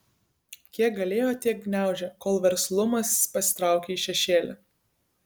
kiek galėjo tiek gniaužė kol verslumas pasitraukė į šešėlį